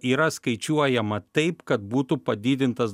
yra skaičiuojama taip kad būtų padidintas